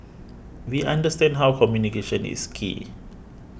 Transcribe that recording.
we understand how communication is key